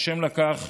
ה' לקח,